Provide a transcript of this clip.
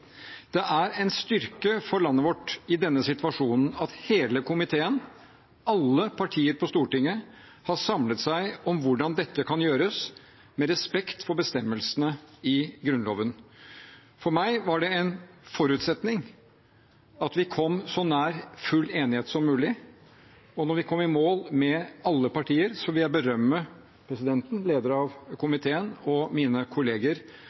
Det er en styrke for landet vårt i denne situasjonen at hele komiteen, alle partiene på Stortinget, har samlet seg om hvordan dette kan gjøres med respekt for bestemmelsene i Grunnloven. For meg var det en forutsetning at vi kom så nær full enighet som mulig. Og da vi kom i mål med alle partiene, vil jeg berømme stortingspresidenten, leder av komiteen, og mine